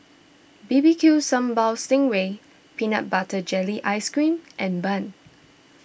B B Q Sambal Sting Ray Peanut Butter Jelly Ice Cream and Bun